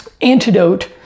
antidote